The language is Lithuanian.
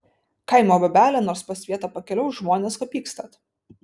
kaimo bobelė nors po svietą pakeliaus žmones ko pykstat